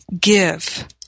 give